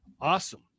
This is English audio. Awesome